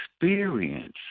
experience